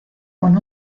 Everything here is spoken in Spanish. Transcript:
con